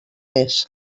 més